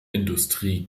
industrie